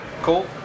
cool